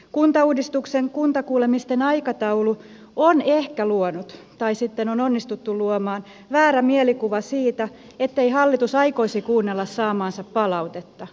kuntauudistuksen kuntakuulemisten aikataulu on ehkä luonut tai sitten on onnistuttu luomaan väärän mielikuvan siitä ettei hallitus aikoisi kuunnella saamaansa palautetta